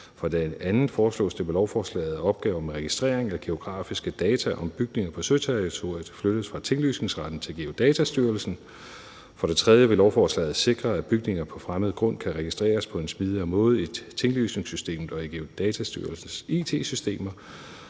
For det andet foreslås det med lovforslaget, at opgaven med registrering af geografiske data om bygninger på søterritoriet skal flyttes fra Tinglysningsretten til Geodatastyrelsen. For det tredje vil lovforslaget sikre, at bygninger på fremmed grund kan registreres på en smidigere måde i tinglysningssystemet og i Geodatastyrelsens it-systemer.